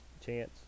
chance